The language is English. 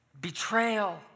betrayal